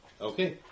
Okay